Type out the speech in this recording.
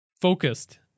Focused